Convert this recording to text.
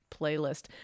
playlist